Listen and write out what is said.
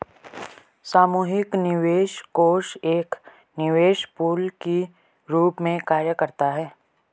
सामूहिक निवेश कोष एक निवेश पूल के रूप में कार्य करता है